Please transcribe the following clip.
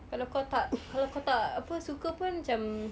kalau kau tak kalau kau tak apa suka pun macam